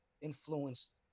influenced